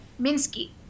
minsky